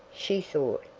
she thought.